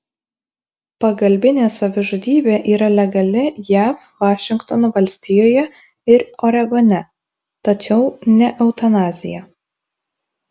pagalbinė savižudybė yra legali jav vašingtono valstijoje ir oregone tačiau ne eutanazija